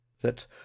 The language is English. that